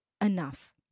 enough